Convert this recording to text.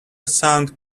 sound